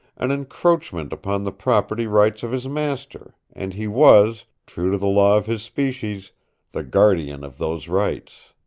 an encroachment upon the property rights of his master, and he was true to the law of his species the guardian of those rights.